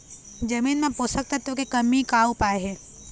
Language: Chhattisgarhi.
जमीन म पोषकतत्व के कमी का उपाय हे?